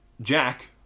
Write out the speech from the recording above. Jack